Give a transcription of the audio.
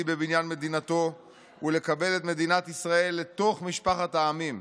בבניין מדינתו ולקבל את מדינת ישראל לתוך משפחת העמים.